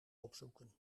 opzoeken